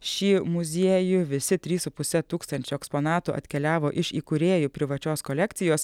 šį muziejų visi trys su puse tūkstančio eksponatų atkeliavo iš įkūrėjų privačios kolekcijos